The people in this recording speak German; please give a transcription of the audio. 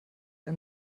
ein